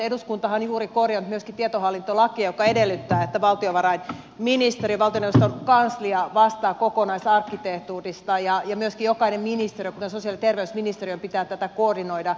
eduskuntahan on juuri korjannut myöskin tietohallintolakia joka edellyttää että valtiovarainministeriö valtioneuvoston kanslia vastaavat kokonaisarkkitehtuurista ja myöskin jokaisen ministeriön kuten sosiaali ja terveysministeriön pitää tätä koordinoida